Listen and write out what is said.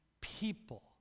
People